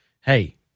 hey